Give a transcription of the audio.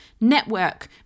network